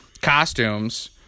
costumes